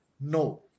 no